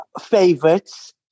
favorites